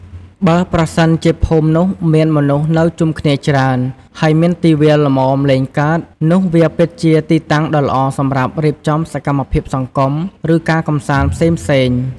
បើប្រសិនជាភូមិនោះមានមនុស្សនៅផ្ដុំគ្នាច្រើន ហើយមានទីវាលល្មមលេងកើត នោះវាពិតជាទីតាំងដ៏ល្អសម្រាប់រៀបចំសកម្មភាពសង្គម ឬការកម្សាន្តផ្សេងៗ។